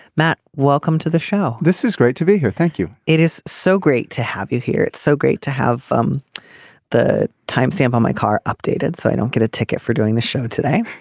matt welcome to the show. this is great to be here. thank you. it is so great to have you here it's so great to have um the time stamp on my car updated so i don't get a ticket for doing the show today